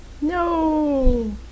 No